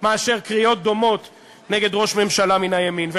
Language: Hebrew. מאשר קריאות דומות נגד ראש ממשלה מן הימין.